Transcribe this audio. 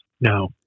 No